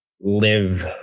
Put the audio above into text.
live